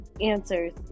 answers